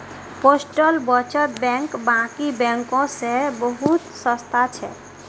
postal बचत bank बाकी बैंकों से बहुत सस्ता छे